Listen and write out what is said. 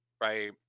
right